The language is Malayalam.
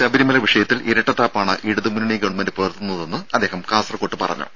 ശബരിമല വിഷയത്തിൽ ഇരട്ടത്താപ്പാണ് ഇടതു ഗവൺമെന്റ് പുലർത്തുന്നതെന്ന് അദ്ദേഹം കാസർകോട്ട് പറഞ്ഞു